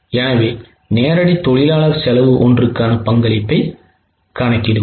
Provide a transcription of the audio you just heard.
எனவே நேரடி தொழிலாளர் செலவு ஒன்றுக்கான பங்களிப்பைக் கணக்கிடுவோம்